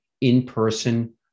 in-person